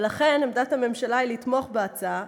ולכן עמדת הממשלה היא לתמוך בהצעה,